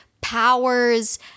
powers